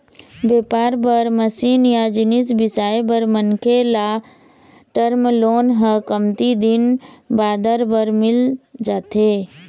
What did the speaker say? बेपार बर मसीन या जिनिस बिसाए बर मनखे ल टर्म लोन ह कमती दिन बादर बर मिल जाथे